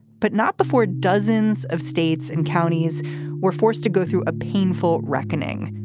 but not before dozens of states and counties were forced to go through a painful reckoning.